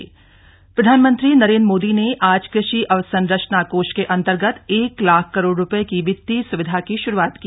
कृषि अवसंरचना कोष प्रधानमंत्री नरेन्द्र मोदी ने आज कृषि अवसंरचना कोष के अंतर्गत एक लाख करोड़ रूपये की वित्तीय सुविधा की शुरूआत की